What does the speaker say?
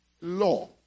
law